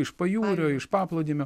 iš pajūrio iš paplūdimio